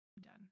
done